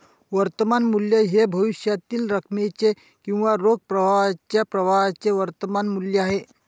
वर्तमान मूल्य हे भविष्यातील रकमेचे किंवा रोख प्रवाहाच्या प्रवाहाचे वर्तमान मूल्य आहे